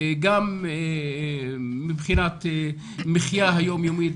גם מבחינת מחיה היום-יומית,